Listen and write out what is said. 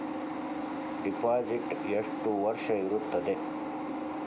Deposit ಎಷ್ಟು ವರ್ಷ ಇರುತ್ತದೆ?